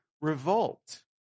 revolt